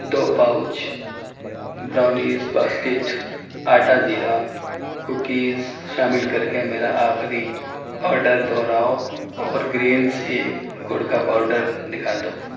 دو pouch brownies basket آٹا زیرہ cookies شامل کر کے میرا آخری آرڈر دہراؤ اور گرینس ان گڑ کا پاؤڈر نکال دو